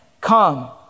come